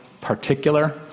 particular